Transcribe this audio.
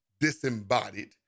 disembodied